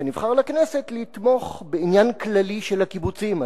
שנבחר לכנסת, לתמוך בעניין כללי של הקיבוצים.